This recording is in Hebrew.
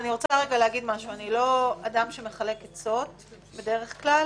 אני לא אדם שמחלק עצות בדרך כלל